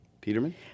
Peterman